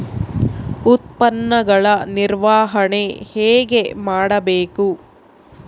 ಉತ್ಪನ್ನಗಳ ನಿರ್ವಹಣೆ ಹೇಗೆ ಮಾಡಬೇಕು?